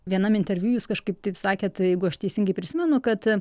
vienam interviu jūs kažkaip taip sakėt jeigu aš teisingai prisimenu kad